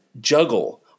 juggle